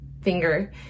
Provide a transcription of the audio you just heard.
finger